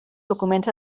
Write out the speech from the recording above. documents